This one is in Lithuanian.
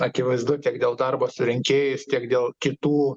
akivaizdu tiek dėl darbo su rinkėjais tiek dėl kitų